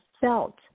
felt